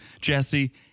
Jesse